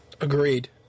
Agreed